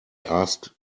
asked